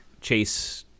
chase